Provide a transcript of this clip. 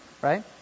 right